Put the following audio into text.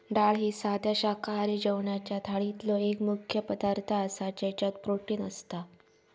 डाळ ही साध्या शाकाहारी जेवणाच्या थाळीतलो एक मुख्य पदार्थ आसा ज्याच्यात प्रोटीन असता